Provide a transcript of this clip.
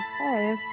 Okay